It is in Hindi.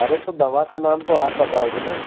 अरे तो दवा का नाम तो आप बताओगी ना